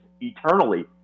eternally